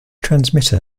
transmitter